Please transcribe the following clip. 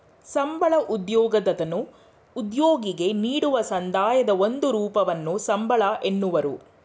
ಸಂಬಳ ಉದ್ಯೋಗದತನು ಉದ್ಯೋಗಿಗೆ ನೀಡುವ ಸಂದಾಯದ ಒಂದು ರೂಪವನ್ನು ಸಂಬಳ ಎನ್ನುವರು